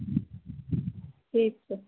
ठीक छै